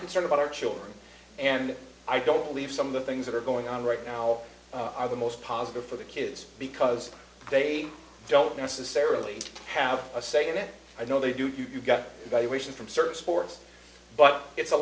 concerned about our children and i don't believe some of the things that are going on right now are the most positive for the kids because they don't necessarily have a say in it i know they do you've got valuation from certain sports but it's a